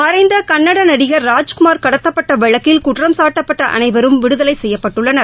மறைந்த கன்னட நடிகர் ராஜ்குமார் கடத்தப்பட்ட வழக்கில் குற்றம்சாட்டப்பட்ட அனைவரும் விடுதலை செய்யப்பட்டுள்ளனர்